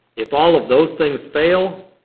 if all of those things fail,